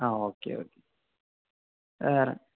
ആ okay okay വേറെ